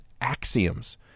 axioms